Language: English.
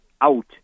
out